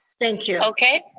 thank you. okay.